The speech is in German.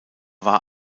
war